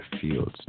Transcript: fields